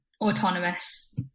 autonomous